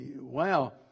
wow